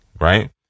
right